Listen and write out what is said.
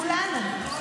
כולנו.